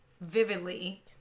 vividly